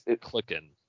clicking